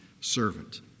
servant